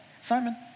Simon